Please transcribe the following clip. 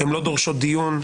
הן לא דורשות דיון,